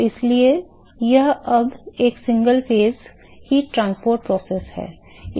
तो इसलिए यह अब एक एकल चरण ऊष्मा परिवहन प्रक्रिया है